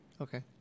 Okay